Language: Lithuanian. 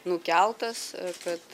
nukeltas kad